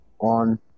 on